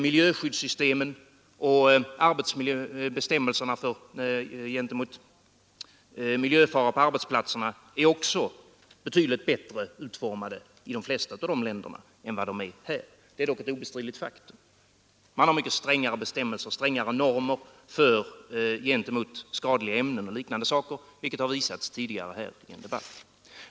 Miljöskyddssystemen och bestämmelserna gentemot miljöfaror på arbetsplatserna är också betydligt bättre utformade i de flesta av de länderna än vad de är här. Det är ett obestridligt faktum. Man har mycket strängare normer gentemot skadliga ämnen, vilket har framhållits tidigare här i en debatt.